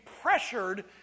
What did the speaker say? pressured